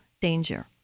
danger